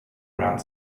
around